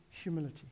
humility